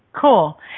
Cool